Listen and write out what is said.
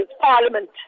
Parliament